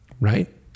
right